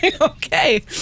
Okay